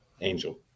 angel